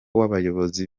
w’abayobozi